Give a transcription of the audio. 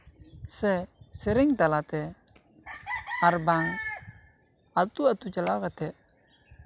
ᱥᱮ ᱥᱮᱨᱮᱧ ᱛᱟᱞᱟᱛᱮ ᱟᱨᱵᱟᱝ ᱟᱛᱳ ᱟᱛᱳ ᱪᱟᱞᱟᱣ ᱠᱟᱛᱮᱜ